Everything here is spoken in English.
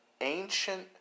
ancient